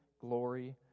glory